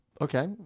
Okay